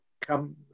come